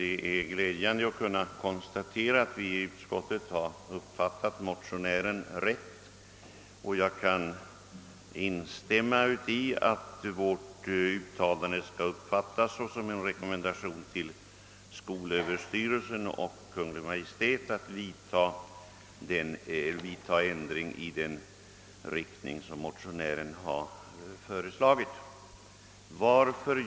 Det är glädjande att motionären vitsordar att vi i utskottet har uppfattat honom rätt, och jag kan instämma i att vårt uttalande bör uppfattas som en rekommendation till skolöverstyrelsen och Kungl. Maj:t att vidta ändring i den riktning som motionären har föreslagit.